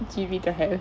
G_V don't have